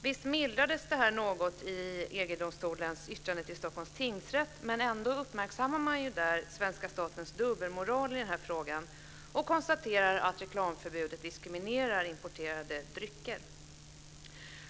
Visst mildrades det här något i EG domstolens yttrande till Stockholms tingsrätt, men ändå uppmärksammar man där den svenska statens dubbelmoral i den här frågan och konstaterar att reklamförbudet diskriminerar importerade drycker.